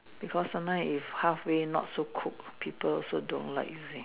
because sometimes if halfway not so cooked people also don't like you see